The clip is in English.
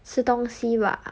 吃东西吧